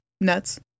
nuts